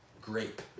grape